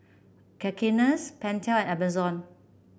Cakenis Pentel and Amazon